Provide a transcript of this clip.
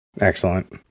Excellent